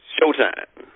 Showtime